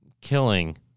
killing